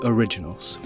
Originals